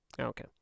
Okay